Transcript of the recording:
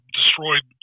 destroyed